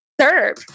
serve